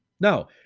Now